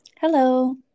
Hello